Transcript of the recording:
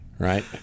right